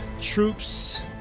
troops